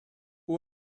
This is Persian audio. اون